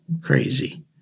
crazy